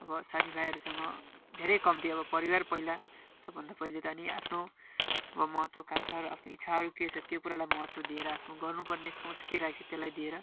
अब साथी भाइहरूसँग धेरै कम्ती अब परिवार पहिला सबभन्दा पहिले त अनि आफ्नो महत्त्वाकांक्षाहरू आफ्नो इच्छाहरू के छ त्यो कुरालाई महत्त्व दिएर आफ्नो गर्नु पर्ने सोच के राखेको छ त्यसलाई दिएर